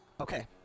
Okay